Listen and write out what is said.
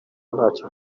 ntaco